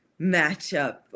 matchup